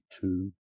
two